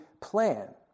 plan